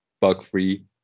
bug-free